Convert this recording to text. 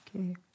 Okay